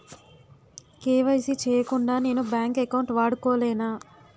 KYC చేయకుండా నేను bank account వాడుకొలేన?